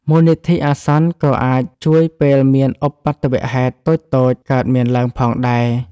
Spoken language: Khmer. មូលនិធិអាសន្នក៏អាចជួយពេលមានឧប្បត្តិហេតុតូចៗកើតមានឡើងផងដែរ។